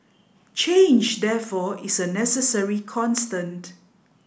change therefore is a necessary constant